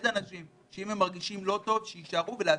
אנשים שלא מרגישים טוב להישאר בבית.